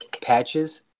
patches